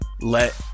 let